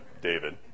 David